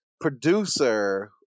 producer